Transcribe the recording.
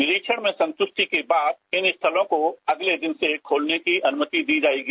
निरीक्षण में संतुष्टि के बाद इन स्थलों को अगले दिन से ँ खोलने की अनुमति दी जाएगी